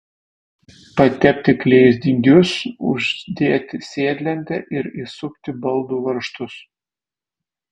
patepti klijais dygius uždėti sėdlentę ir įsukti baldų varžtus